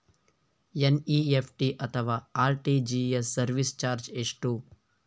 NEFT ಅಥವಾ RTGS service charge ಎಷ್ಟು?